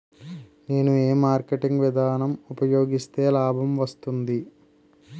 నేను ఏ మార్కెటింగ్ విధానం ఉపయోగిస్తే లాభం వస్తుంది?